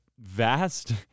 vast